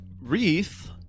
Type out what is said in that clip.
Wreath